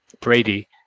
Brady